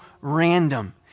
random